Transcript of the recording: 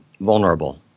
vulnerable